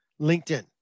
LinkedIn